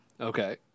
Okay